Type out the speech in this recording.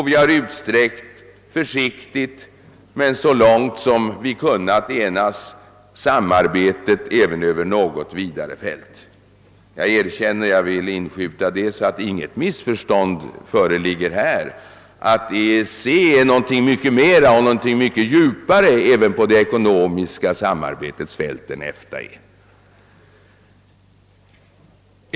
Vi har även försiktigt, men så långt enigheten tillåtit det, utsträckt samarbetet till något vidare fält. Jag vill, för att det inte skall föreligga något missförstånd på denna punkt, inskjuta att EEC är någonting mycket mera och mycket djupare även på det ekonomiska samarbetets område iän EFTA.